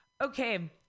Okay